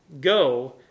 Go